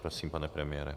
Prosím, pane premiére.